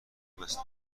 مثل